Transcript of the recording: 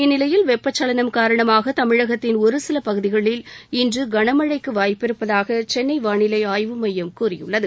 இந்நிலையில் வெப்பச்சலனம் காரணமாக தமிழகத்தின் ஒரு சில பகுதிகளில் இன்று கனமழைக்கு வாய்ப்பிருப்பதாக சென்னை வாளிலை ஆய்வு மையம் கூறியுள்ளது